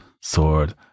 sword